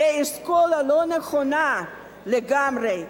זו אסכולה לא נכונה לגמרי.